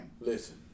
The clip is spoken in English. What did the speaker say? Listen